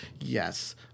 Yes